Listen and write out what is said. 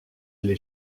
allé